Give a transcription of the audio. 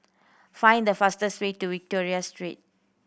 find the fastest way to Victoria Street